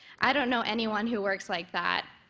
i don't know anyone who works like that,